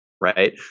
right